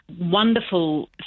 wonderful